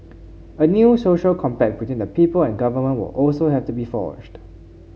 a new social compact between the people and the government will also have to be forged